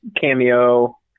cameo